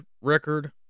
record